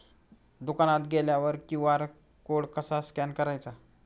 दुकानात गेल्यावर QR code कसा स्कॅन करायचा?